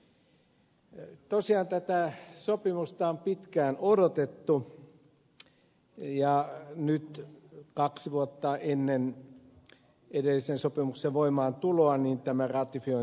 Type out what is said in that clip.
tosiaan tätä sopimusta on pitkään odotettu ja nyt kaksi vuotta ennen edellisen sopimuksen voimaantuloa tämä ratifiointi tapahtuu